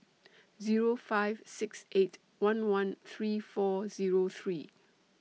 Zero five six eight one one three four Zero three